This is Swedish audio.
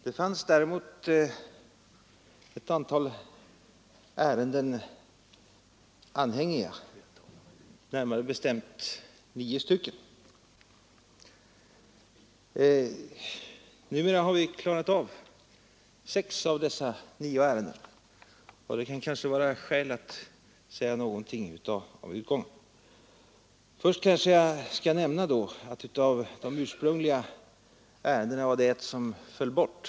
Det fanns däremot ett antal ärenden anhängiga, närmare bestämt nio stycken. Numera har vi klarat av sex av dessa nya ärenden, och det kan kanske vara skäl att säga någonting om utgången. Till att börja med kan jag nämna att ett av de ursprungliga ärendena föll bort.